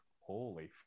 Holy